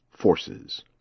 forces